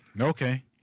Okay